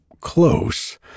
close